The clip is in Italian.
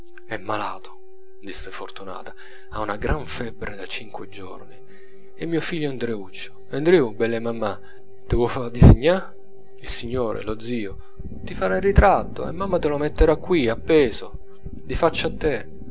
è malato disse fortunata ha una gran febbre da cinque giorni è mio figlio ndreuccio ndreù bell e mamma te vuo fa disignà il signore lo zio ti farà il ritratto e mamma te lo metterà qui appeso di faccia a te